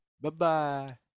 Bye-bye